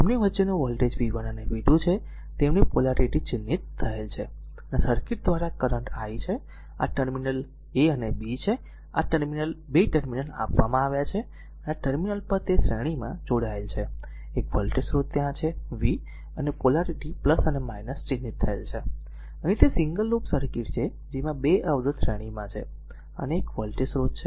તેમની વચ્ચેનું voltage v 1 અને v 2 છે અને તેમની પોલારીટી ચિહ્નિત થયેલ છે અને આ સર્કિટ દ્વારા કરંટ i છે અને આ ટર્મિનલ છે a અને b આ 2 ટર્મિનલ આપવામાં આવ્યા છે અને આ ટર્મિનલ પર તે શ્રેણીમાં જોડાયેલ છે અને એક વોલ્ટેજ સ્રોત ત્યાં છે v અને પોલારીટી અને ચિહ્નિત થયેલ છે તેથી તે સિંગલ લૂપ સર્કિટ છે જેમાં 2 અવરોધ શ્રેણીમાં છે અને એક વોલ્ટેજ સ્રોત છે